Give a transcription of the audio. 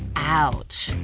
ouch.